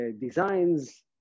designs